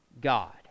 God